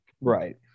right